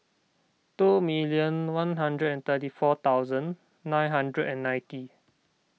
two minute one hundred and thirty four thousand nine hundred and ninety